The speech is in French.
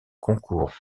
concours